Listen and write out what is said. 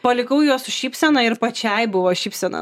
palikau juos su šypsena ir pačiai buvo šypsena